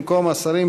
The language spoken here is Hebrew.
שמסרו הסיעות השונות.